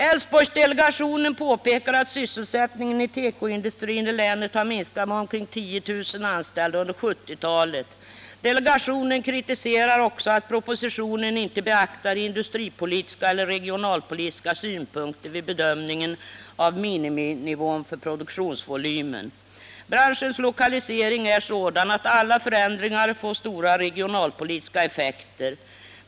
Älvsborgsdelegationen påpekar att sysselsättningen i tekoindustrin i länet har minskat med omkring 10 000 anställda under 1970-talet. Delegationen kritiserar också att propositionen inte beaktar industripolitiska eller regionalpolitiska synpunkter vid bedömningen av miniminivån för produktionsvolymen. Branschens lokalisering är sådan att alla förändringar får stora regionalpolitiska effekter.